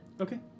Okay